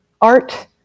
art